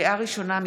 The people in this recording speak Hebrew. לקריאה ראשונה,